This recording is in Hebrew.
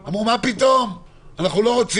הם אמרו מה פתאום, אנחנו לא רוצים.